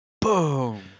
Boom